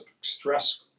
stress